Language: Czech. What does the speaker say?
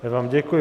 Já vám děkuji.